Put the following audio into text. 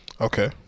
Okay